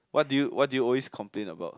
what do you what do you always complain about